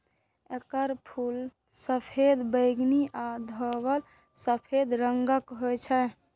एकर फूल सफेद, बैंगनी आ धवल सफेद रंगक होइ छै